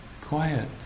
quiet